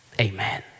Amen